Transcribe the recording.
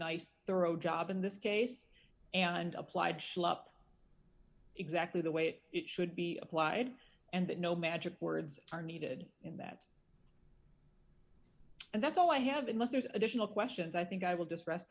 nice thorough job in this case and applied slop exactly the way that it should be applied and that no magic words are needed in that and that's all i have unless there's additional questions i think i will just rest